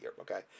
okay